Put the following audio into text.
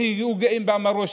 היו גאים במורשת,